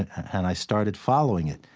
and and i started following it,